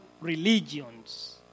religions